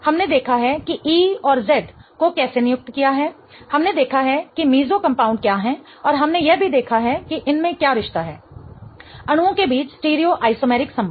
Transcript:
हमने देखा है कि E और Z को कैसे नियुक्त किया है हमने देखा है कि मेसो कंपाउंड क्या हैं और हमने यह भी देखा है कि इनमें क्या रिश्ता है अणुओं के बीच स्टीरियो आइसोमेरिक संबंध